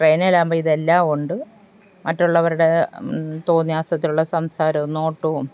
ട്രെയിനേലാകുമ്പോൾ ഇതെല്ലാം ഉണ്ട് മറ്റുള്ളവരുടെ തോന്നിവാസത്തിലുള്ള സംസാരവും നോട്ടവും